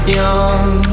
young